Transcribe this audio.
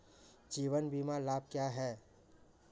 जीवन बीमा लाभ क्या हैं?